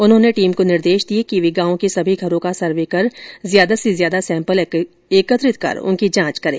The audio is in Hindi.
उन्होंने टीम को निर्देश दिए कि वे गांव के सभी घरों का सर्वे कर ज्यादा से ज्यादा सैम्पल एकत्रित कर उनकी जांच करें